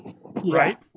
right